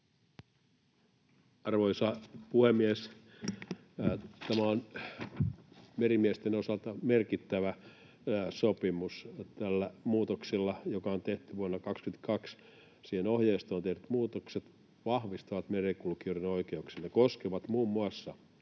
Arvoisa puhemies! Tämä on merimiesten osalta merkittävä sopimus. Tällä muutoksella, joka on tehty vuonna 22, siihen ohjeistoon tehdyt muutokset vahvistavat merenkulkijoiden oikeuksia.